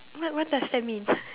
what what does that mean